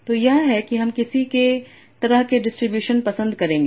तो यह है कि हम किस तरह के डिस्ट्रीब्यूशन पसंद करेंगे